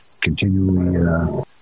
continually